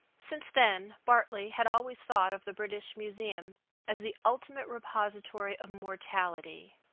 since then bartley had always thought of the british museum as the ultimate repository of mortality,